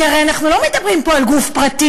כי הרי אנחנו לא מדברים פה על גוף פרטי.